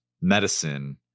medicine